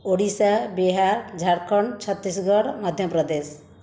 Odisha Bihar Jharkhand Chhattisgarh Madhya Pradesh